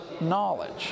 knowledge